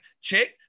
Check